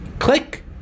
click